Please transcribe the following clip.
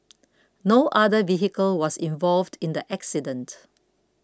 no other vehicle was involved in the accident